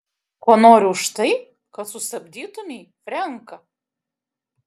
ko nori už tai kad sustabdytumei frenką